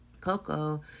Coco